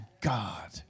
God